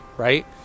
right